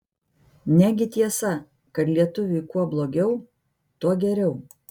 negi tiesa kad lietuviui kuo blogiau tuo geriau